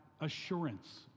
assurance